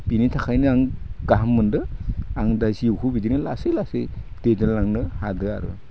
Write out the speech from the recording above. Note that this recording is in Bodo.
बिनि थाखायनो आं गाहाम मोन्दो आं दा जिउखो बिदिनो लासै लासै दैदेनलांनो हादो आरो